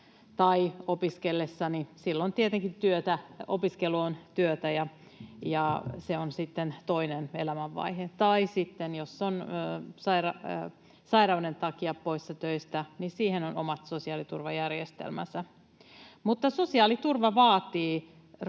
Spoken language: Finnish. Opiskellessa tietenkin opiskelu on työtä, ja se on sitten toinen elämänvaihe, tai sitten jos on sairauden takia poissa töistä, niin siihen on omat sosiaaliturvajärjestelmänsä. Mutta sosiaaliturva vaatii rahoitusta,